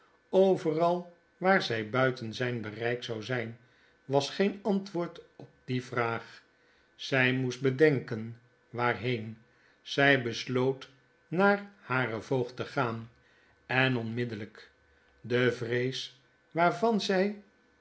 overal waar zy buiten zyn bereik zou zijn was geen antwoord op die vraag zy moest bedenkenwaarheen zij besloot naar haren voogd te gaan en onmiddellijk de vrees waarvan zy